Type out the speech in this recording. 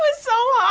ah so